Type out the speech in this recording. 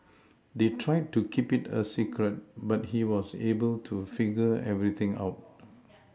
they tried to keep it a secret but he was able to figure everything out